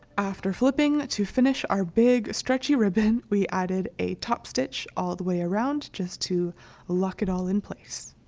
after flipping to finish our big stretchy ribbon we added a top stitch all the way around just to lock it all in place.